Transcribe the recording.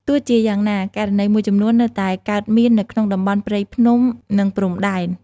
ទោះជាយ៉ាងណា ករណីមួយចំនួននៅតែកើតមាននៅក្នុងតំបន់ព្រៃភ្នំ និងព្រំដែន។